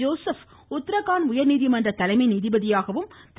Joseph Uttarakhand உயர்நீதிமன்ற தலைமை நீதிபதியாகவும் திரு